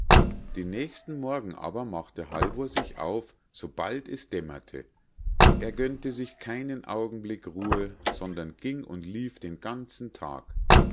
den nächsten morgen aber machte halvor sich auf sobald es dämmerte er gönnte sich keinen augenblick ruhe sondern ging und lief den ganzen tag